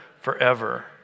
forever